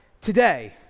today